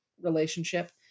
Relationship